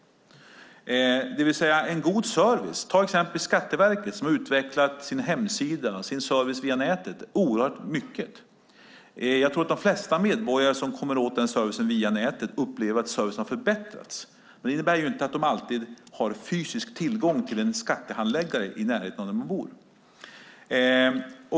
Ta till exempel Skatteverket som har utvecklat sin hemsida, sin service via nätet mycket. De flesta medborgare som kommer åt denna service via nätet upplever att servicen har förbättrats. Det innebär inte att de alltid har fysisk tillgång till en skattehandläggare i närheten av där de bor.